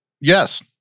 Yes